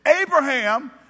Abraham